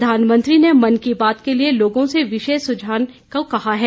प्रधानमंत्री ने मन की बात के लिए लोगों से विषय सुझाने को कहा है